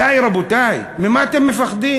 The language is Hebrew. די, רבותי, ממה אתם פוחדים?